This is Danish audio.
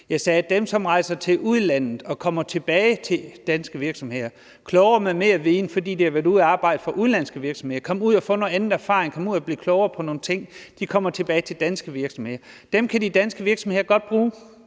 Jeg sagde: Dem, som rejser til udlandet og kommer tilbage til danske virksomheder – klogere og med mere viden, fordi de har været ude og arbejde for udenlandske virksomheder og er kommet ud og har fået noget andet erfaring og er blevet klogere på nogle ting – kan de danske virksomheder godt bruge.